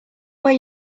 where